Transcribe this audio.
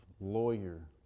Lawyer